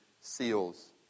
seals